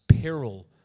peril